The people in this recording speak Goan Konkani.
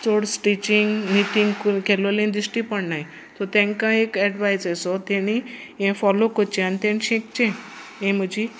चड स्टिचींग निटींग केल्लोले दिश्टी पडनाय सो तांकां एक एडवायस सो तेणी हें फोलो करचें आनी तेण शिंकचें हें म्हजी